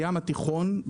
הים התיכון,